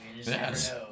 Yes